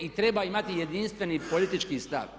I treba imati jedinstveni politički stav.